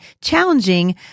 challenging